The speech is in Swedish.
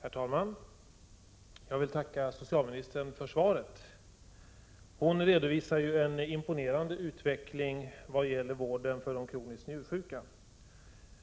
Herr talman! Jag vill tacka socialministern för svaret. Hon redovisar en imponerande utveckling vad gäller vården av de kroniskt njursjuka.